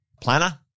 planner